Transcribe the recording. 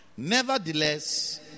Nevertheless